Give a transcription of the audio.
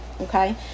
Okay